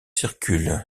circulent